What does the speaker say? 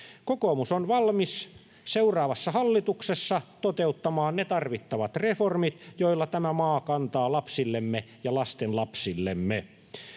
Kokoomus on valmis seuraavassa hallituksessa toteuttamaan ne tarvittavat reformit, joilla tämä maa kantaa lapsillemme ja lastenlapsillemme.